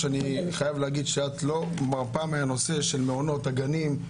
אני חייב להגיד שאת לא מרפה מהנושא של מעונות הגנים.